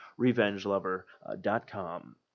revengelover.com